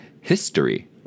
history